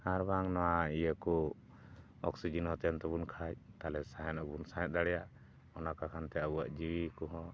ᱟᱨᱵᱟᱝ ᱱᱚᱣᱟ ᱤᱭᱟᱹ ᱠᱚ ᱚᱠᱥᱤᱡᱮᱱ ᱦᱚᱸ ᱛᱟᱦᱮᱱ ᱛᱟᱵᱚᱱ ᱠᱷᱟᱱ ᱛᱟᱦᱚᱞᱮ ᱥᱟᱦᱮᱸᱫ ᱦᱚᱸᱵᱚᱱ ᱥᱟᱦᱮᱸᱫ ᱫᱟᱲᱮᱭᱟᱜᱼᱟ ᱚᱱᱟᱠᱚ ᱠᱷᱚᱛᱮ ᱟᱵᱚᱣᱟᱜ ᱡᱤᱣᱤ ᱠᱚᱦᱚᱸ